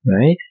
Right